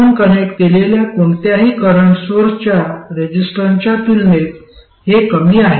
आपण कनेक्ट केलेल्या कोणत्याही करंट सोर्सच्या रेसिस्टन्सच्या तुलनेत हे कमी आहे